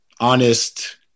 honest